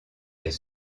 est